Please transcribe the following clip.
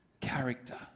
character